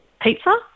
pizza